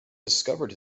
discovered